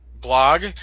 blog